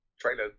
trailer